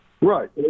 right